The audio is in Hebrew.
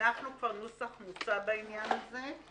הנחנו כבר נוסח מוצע בעניין הזה.